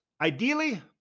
ideally